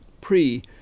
pre